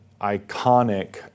iconic